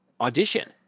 Audition